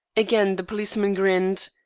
again the policeman grinned.